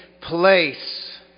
place